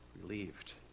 relieved